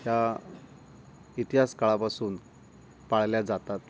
या इतिहास काळापासून पाळल्या जातात